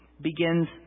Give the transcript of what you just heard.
begins